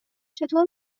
چطور